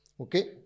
Okay